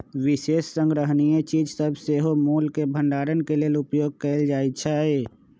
विशेष संग्रहणीय चीज सभके सेहो मोल के भंडारण के लेल उपयोग कएल जाइ छइ